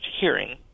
hearing